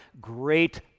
great